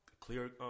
clear